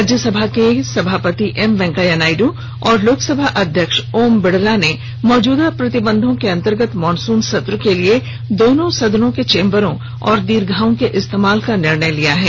राज्यसभा के सभापति एम वेंकैया नायडू और लोकसभा अध्यक्ष ओम बिरला ने मौजूदा प्रतिबंधों के अंतर्गत मॉनसून सत्र के लिए दोनों सदनों के चेम्बरों और दीर्घाओं का इस्तेमाल करने का निर्णय किया है